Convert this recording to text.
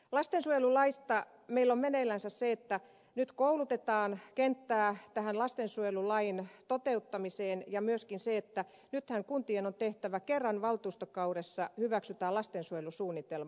lastensuojelulaista meillä on meneillään se että nyt koulutetaan kenttää lastensuojelulain toteuttamiseen ja myöskin se että nythän kuntien on tehtävä kerran valtuustokaudessa hyväksyttävä lastensuojelusuunnitelma